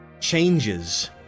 changes